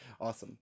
awesome